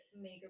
make